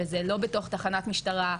וזה לא בתוך תחנת משטרה,